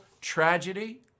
tragedy